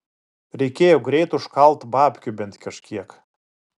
reikėjo greit užkalt babkių bent kažkiek